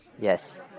yes